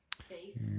Face